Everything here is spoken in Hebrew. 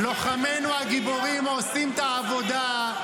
לוחמינו הגיבורים עושים את העבודה,